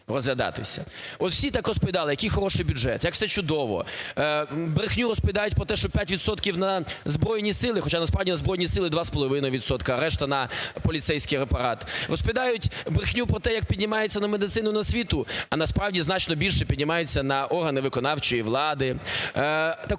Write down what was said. От, всі так розповідали, який хороший бюджет, як все чудово. Брехню розповідають про те, що 5 відсотків на Збройні Сили, хоча насправді на Збройні Сили два з половиною відсотка, а решта на поліцейський апарат. Розповідають брехню про те, як піднімається на медицину, на освіту, а насправді значно більше піднімається на органи виконавчої влади.